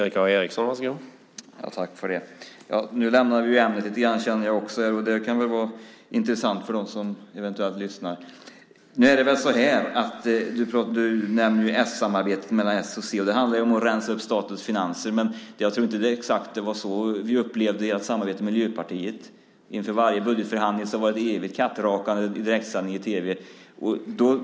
Herr talman! Nu lämnar vi ämnet lite grann. Det kan vara intressant för dem som eventuellt lyssnar. Du nämner samarbetet mellan s och c. Det handlade om att rensa upp statens finanser. Men jag tror inte att det var exakt så vi upplevde ert samarbete med Miljöpartiet. Inför varje budgetförhandling var det ett evigt kattrakande i direktsändning i tv.